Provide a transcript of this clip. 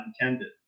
intended